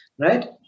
right